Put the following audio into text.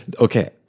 Okay